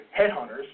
headhunters